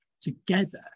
together